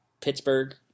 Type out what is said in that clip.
Pittsburgh